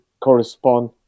correspond